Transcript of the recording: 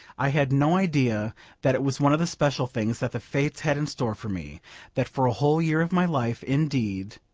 i had no idea that it was one of the special things that the fates had in store for me that for a whole year of my life, indeed,